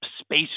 space